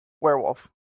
werewolf